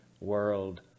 World